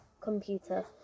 computer